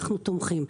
אנחנו תומכים.